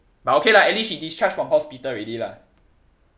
but okay lah at least she discharged from hospital already lah